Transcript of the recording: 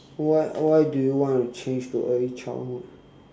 why why do you want to change to early childhood